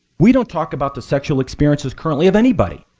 we don't talk about the sexual experiences currently of anybody,